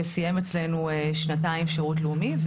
שסיים אצלנו שנתיים שירות לאומי.